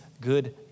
good